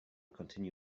continue